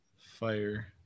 fire